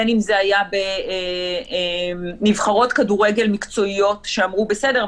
בין אם זה היה בנבחרות כדורגל מקצועיות שאמרו: בסדר,